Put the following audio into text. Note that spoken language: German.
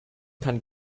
kann